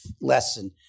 lesson